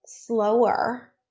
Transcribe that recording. slower